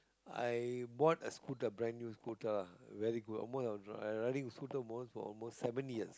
I bought a scooter brand new scooter lah very good almost I was riding I riding scooter almost for almost seven years